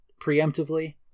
preemptively